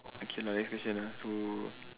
okay lah next question ah so